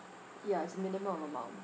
ya it's minimum amount